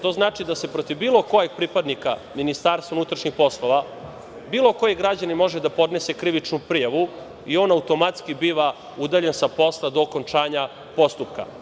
To znači da protiv bilo kojeg pripadnika MUP bilo koji građanin može da podnese krivičnu prijavu i on automatski biva udaljen sa posla do okončanja postupka.